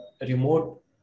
remote